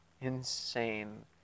insane